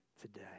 today